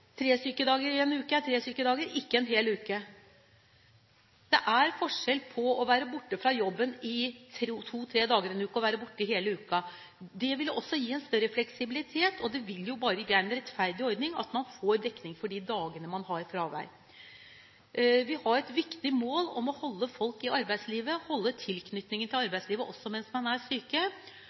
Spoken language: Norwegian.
tre sykedager i en uke er tre sykedager – ikke en hel uke. Det er forskjell på å være borte fra jobben i to–tre dager i en uke og være borte hele uken. Det ville også gi en større fleksibilitet, og det vil bare være en rettferdig ordning at man får dekning for de dagene man har fravær. Vi har et viktig mål om å holde folk i arbeidslivet, beholde tilknytningen til arbeidslivet også mens man er